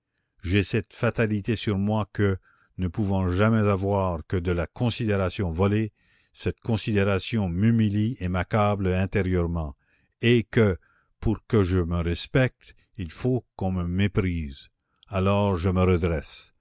j'ai cette fatalité sur moi que ne pouvant jamais avoir que de la considération volée cette considération m'humilie et m'accable intérieurement et que pour que je me respecte il faut qu'on me méprise alors je me redresse